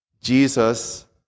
Jesus